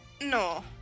No